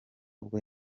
ubwo